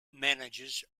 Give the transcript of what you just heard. manages